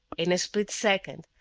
in a split second,